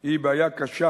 הם בעיה קשה